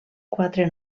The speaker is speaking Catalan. quatre